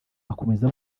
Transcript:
akomeza